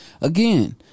again